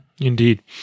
Indeed